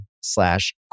slash